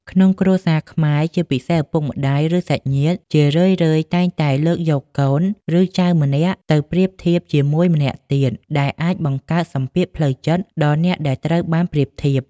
ក្នុងគ្រួសារខ្មែរជាពិសេស ឪពុកម្តាយ ឬសាច់ញាតិ ជារឿយៗតែងតែលើកយកកូន ឬចៅម្នាក់ទៅប្រៀបធៀបជាមួយម្នាក់ទៀត ដែលអាចបង្កើតសម្ពាធផ្លូវចិត្តដល់អ្នកដែលត្រូវបានប្រៀបធៀប។